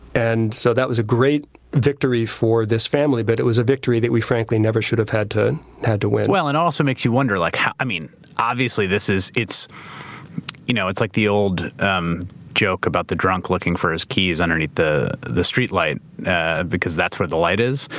and so that was a great victory for this family, but it was a victory that we frankly never should have had to had to win. well and it also makes you wonder like how, i mean obviously this is. it's you know it's like the old um joke about the drunk looking for his keys underneath the the streetlight because that's where the light is.